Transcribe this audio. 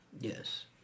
Yes